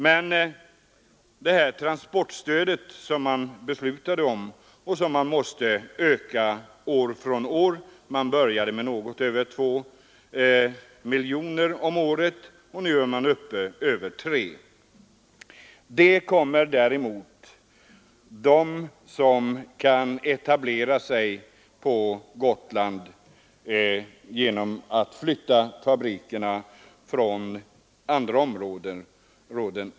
Men det transportstöd man beslutade om och som måste ökas år från år — det började med något över 2 miljoner kronor om året men är nu uppe i över 3 miljoner kronor — kommer de företag att utnyttja som kan etablera sig på Gotland genom att flytta fabrikerna från andra områden.